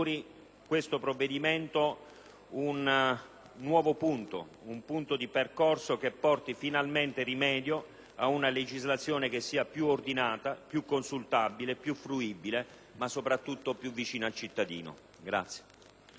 questo provvedimento un nuovo passo di un percorso che porti finalmente rimedio ad una legislazione che sia più ordinata, più consultabile, più fruibile, ma soprattutto più vicina al cittadino.